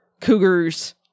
cougars